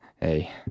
Hey